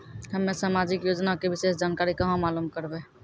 हम्मे समाजिक योजना के विशेष जानकारी कहाँ मालूम करबै?